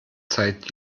zeit